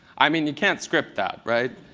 i mean, you can't script that, right?